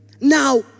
Now